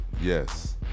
yes